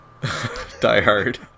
diehard